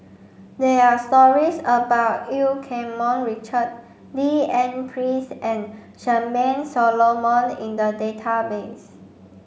there are stories about Eu Keng Mun Richard D N Pritt and Charmaine Solomon in the database